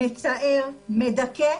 מצער, מדכא,